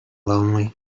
lonely